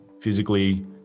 physically